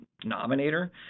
denominator